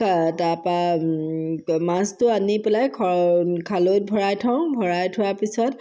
তাৰপৰা মাছটো আনি পেলাই খালৈত ভৰাই থওঁ ভৰাই থোৱাৰ পিছত